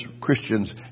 Christians